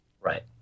Right